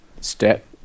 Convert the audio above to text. step